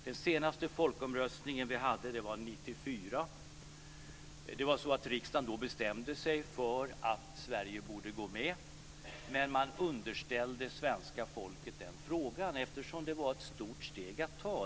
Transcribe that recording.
Den senaste folkomröstningen hade vi 1994. Riksdagen bestämde då att Sverige borde gå med i EU, men man underställde svenska folket den frågan eftersom det var ett stort steg att ta.